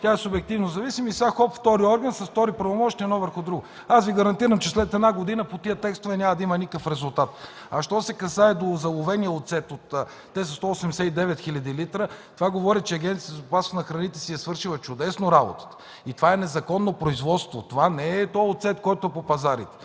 Тя е субективно зависим, и сега хоп, втори орган, с втори правомощия – едно върху друго. Аз Ви гарантирам, че след една година по тези текстове няма да има никакъв резултат. Що се касае до заловения оцет – тези 189 хил. литра, това говори, че Агенцията по безопасност на храните си е свършила чудесно работата. Това е незаконно производство, не е оцетът, който е по пазарите.